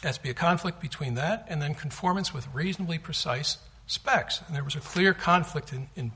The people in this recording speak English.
that's be a conflict between that and then conformance with reasonably precise specs and there was a clear conflict and in